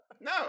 No